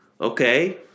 okay